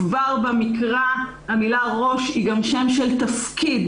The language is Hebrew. כבר במקרא המילה "ראש" היא גם שם של תפקיד.